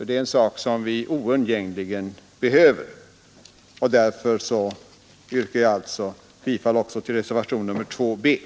Det är något som vi oundgängligen behöver. Därför yrkar jag bifall också till reservation nr 20.